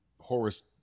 Horace